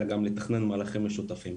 אלא לתכנן מהלכים משותפים.